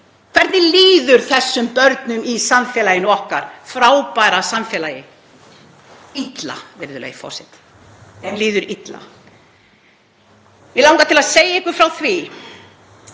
Hvernig líður þessum börnum í samfélaginu okkar, okkar frábæra samfélagi? Illa, virðulegi forseti. Þeim líður illa. Mig langar til að segja ykkur frá því